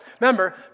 remember